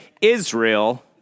Israel